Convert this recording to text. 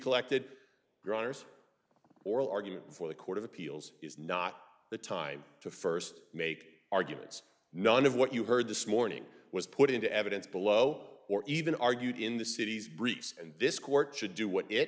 collected groaners oral argument for the court of appeals is not the time to first make arguments none of what you heard this morning was put into evidence below or even argued in the city's briefs and this court should do what it